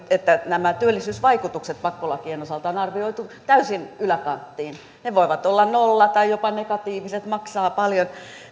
että nämä työllisyysvaikutukset pakkolakien osalta on arvioitu täysin yläkanttiin ne voivat olla nolla tai jopa negatiiviset maksaa paljon